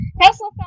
Tesla